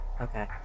Okay